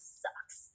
sucks